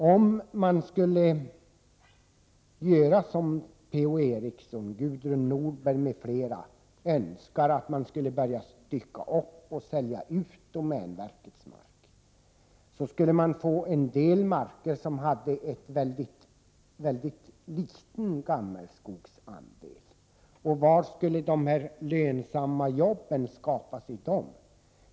Om man skulle göra som Per-Ola Eriksson, Gudrun Norberg m.fl. önskar och börja stycka upp och sälja ut domänverkets mark, skulle man få en del marker som hade en mycket liten gammelskogsandel, och var skulle de lönsamma jobben skapas i dem?